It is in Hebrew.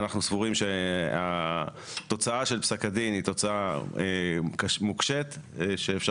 אנחנו סבורים שהתוצאה של פסק הדין היא תוצאה מוקשת שאפשר